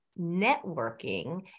networking